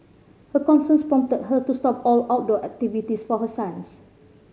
her concerns prompted her to stop all outdoor activities for her sons